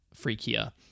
freakier